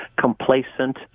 complacent